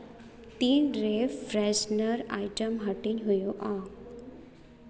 ᱛᱤᱱ ᱨᱮ freshener item ᱦᱟᱹᱴᱤᱧ ᱦᱩᱭᱩᱜᱼᱟ